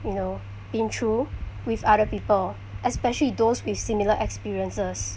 you know been through with other people especially those with similar experiences